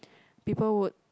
people would